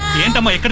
and like ah